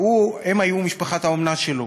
הם היו משפחת האומנה שלו.